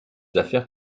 affaires